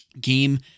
game